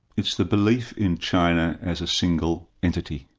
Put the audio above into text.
it's the belief in china as a single entity.